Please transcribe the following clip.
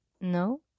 No